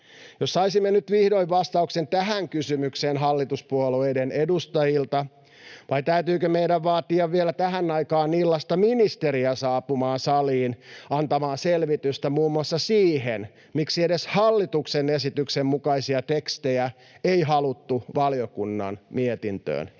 Jos saisimme nyt vihdoin vastauksen tähän kysymykseen hallituspuolueiden edustajilta, vai täytyykö meidän vaatia vielä tähän aikaan illasta ministeriä saapumaan saliin antamaan selvitystä muun muassa siihen, miksi edes hallituksen esityksen mukaisia tekstejä ei haluttu valiokunnan mietintöön jättää?